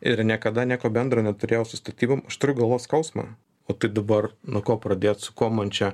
ir niekada nieko bendro neturėjau su statybom aš turiu galvos skausmą o tai dabar nuo ko pradėt su kuo man čia